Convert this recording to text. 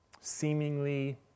seemingly